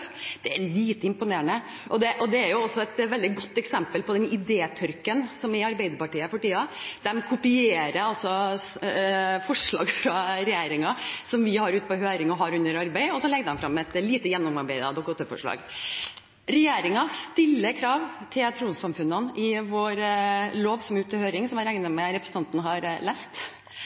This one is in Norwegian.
Det er lite imponerende. Det er også et veldig godt eksempel på den idétørken som er i Arbeiderpartiet for tiden. De kopierer forslag fra regjeringen som vi har ute på høring og under arbeid, og så legger de frem et lite gjennomarbeidet Dokument 8-forslag. Regjeringen stiller krav til trossamfunnene i vår lov som er ute til høring, og som jeg regner med at representanten har lest.